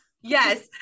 yes